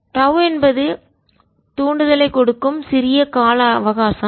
டோவ் என்பது தூண்டுதலைக் கொடுக்கும் சிறிய கால அவகாசம்